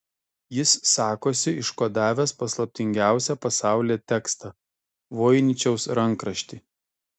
jis sakosi iškodavęs paslaptingiausią pasaulyje tekstą voiničiaus rankraštį